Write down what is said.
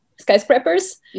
skyscrapers